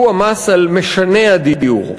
שהוא המס על משני הדיור.